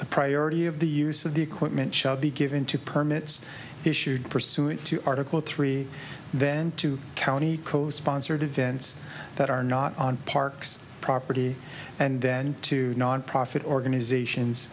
the priority of the use of the equipment shall be given to permits issued pursuant to article three then to county co sponsored events that are not on parks property and then to nonprofit organizations